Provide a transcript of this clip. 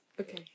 okay